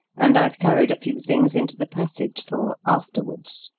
and i've carried a few things into the passage for afterwards.